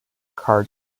card